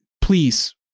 Please